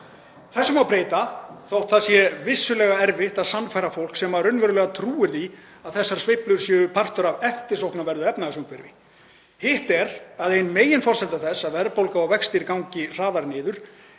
Þessu má breyta þótt það sé vissulega erfitt að sannfæra fólk sem raunverulega trúir því að þessar sveiflur séu partur af eftirsóknarverðu efnahagsumhverfi. Hitt er að ein meginforsenda þess að verðbólga og vextir gangi hraðar niður